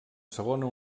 segona